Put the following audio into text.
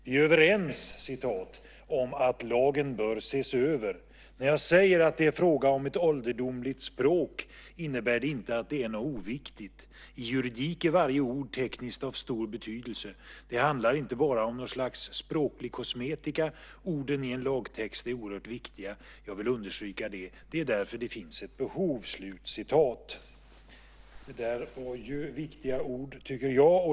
"Vi är överens om att lagen bör ses över. När jag säger att det är fråga om ett ålderdomligt språk innebär det inte att det är något oviktigt. I juridik är varje ord tekniskt av stor betydelse. Det handlar inte bara om någon slags språklig kosmetika. Orden i en lagtext är oerhört viktiga. Jag vill understryka det. Det är därför det finns ett behov." Det där var viktiga ord, tycker jag.